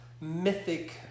mythic